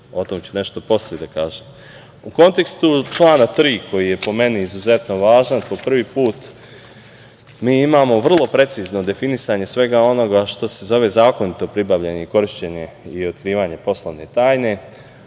O tome ću nešto posle da kažem.U kontekstu člana 3. koji je po meni izuzetno važan po prvi put mi imamo vrlo precizno definisanje svega onoga što se zove zakonito pribavljanje i korišćenje i otkrivanje poslovne tajne,